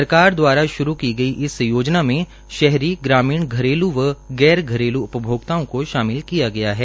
सरकार दवारा शुरू की गई इस योजना में शहरी ग्रामीण घरेल् व गैर घरेल् उपभोक्ताओं को शामिल किया गया है